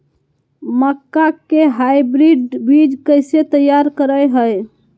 मक्का के हाइब्रिड बीज कैसे तैयार करय हैय?